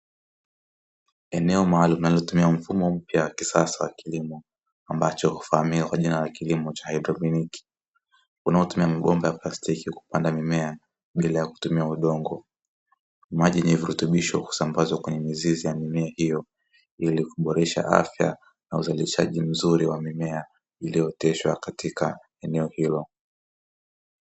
Eneo maalumu linalotumia mfumo mpya wa kisasa wa kilimo, ambacho hufahamika kwa jina la kilimo cha haidroponi, unaotumia mabomba ya plastiki kupanda mimea bila kutumia udongo. Maji yenye virutubisho husambazwa kwenye mizizi ya mimea hiyo ili kuboresha afya na uzalishaji mzuri wa mimea iliyooteshwa katika eneo hilo.